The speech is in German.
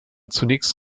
zunächst